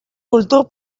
kultur